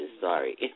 sorry